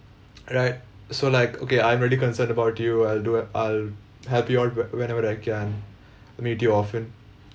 right so like okay I'm really concerned about you I'll do a~ I'll help you out when whenever I can meet you often